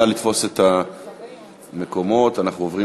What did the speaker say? נא לתפוס את המקומות, אנחנו עוברים